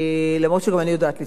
אף שגם אני יודעת לצעוק.